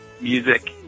music